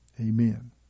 Amen